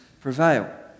prevail